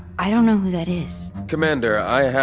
i don't know who that is commander, i